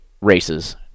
races